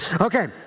Okay